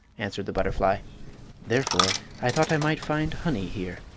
answered the butterfly therefore i thought i might find honey here.